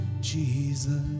Jesus